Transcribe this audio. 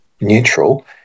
neutral